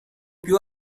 più